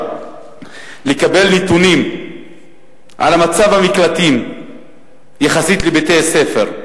לקבל נתונים על המצב במקלטים יחסית לבתי-הספר.